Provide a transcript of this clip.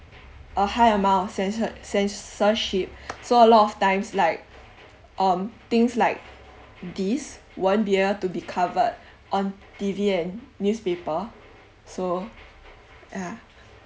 a high amount of censored censorship so a lot of times like um things like this won't be able to be covered on T_V and newspaper so ah